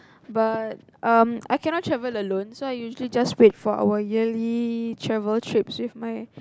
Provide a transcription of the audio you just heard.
but um I cannot travel alone so I usually just wait for our yearly travel trips with my